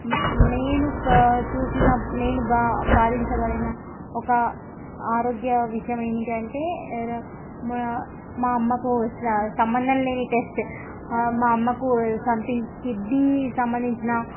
నేను ప చూసిన నేను బా బాధించబడిన ఒక ఆరోగ్య విషయం ఏమిటంటే మా అమ్మకు స సంబంధం లేని టెస్ట్ మా అమ్మకు సంథింగ్ కిడ్నీ సంబంధించిన